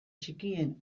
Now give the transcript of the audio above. txikien